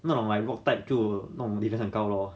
弄来 lock pad 就弄 different 很高 lor